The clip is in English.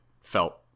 felt